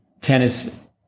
tennis